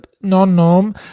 non-norm